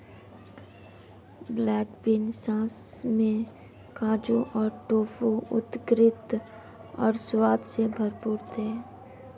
black bean sauce में काजू और टोफू उत्कृष्ट और स्वाद से भरपूर थे